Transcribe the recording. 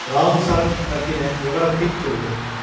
ராம்சரண் பற்றின விவரத்தைச் சொல்லு